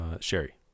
sherry